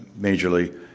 majorly